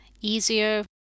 easier